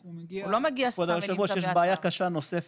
כבוד היושב-ראש, ישנה בעיה קשה נוספת.